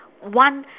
one